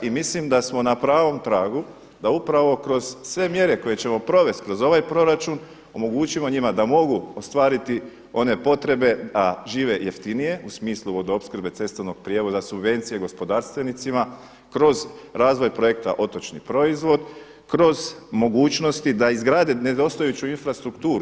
I mislim da smo na pravom tragu da upravo kroz sve mjere koje ćemo provesti kroz ovaj proračun omogućimo njima da mogu ostvariti one potrebe a žive jeftinije u smislu vodoopskrbe cestovnog prijevoza, subvencije gospodarstvenima kroz razvoj projekta otočni proizvod kroz mogućnosti da izgrade nepostojeću infrastrukturu.